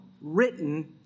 written